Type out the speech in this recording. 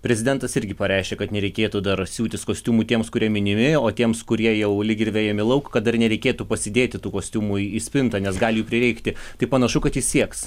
prezidentas irgi pareiškė kad nereikėtų dar siūtis kostiumų tiems kurie minimi o tiems kurie jau lyg ir vejami lauk kad dar nereikėtų pasidėti tų kostiumų į spintą nes gali jų prireikti tai panašu kad jis sieks